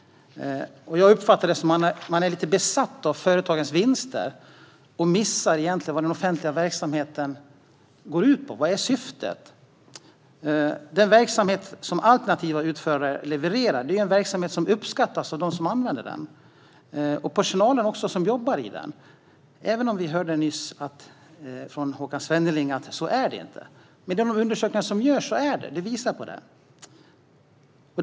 Jag uppfattar det som att Vänsterpartiet är lite besatt av företagens vinster och därigenom missar syftet med den offentliga verksamheten. Den verksamhet som alternativa utförare levererar uppskattas av dem som använder den och av personalen som jobbar i den - även om vi nyss hörde från Håkan Svenneling att det inte är så. Men de undersökningar som görs visar på det.